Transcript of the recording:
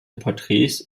porträts